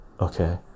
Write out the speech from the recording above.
okay